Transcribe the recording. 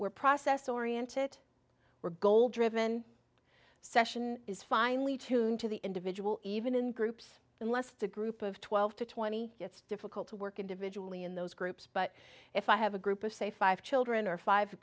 we're process oriented we're goal driven session is finely tuned to the individual even in groups unless the group of twelve to twenty it's difficult to work individually in those groups but if i have a group of say five children or five